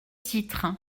titre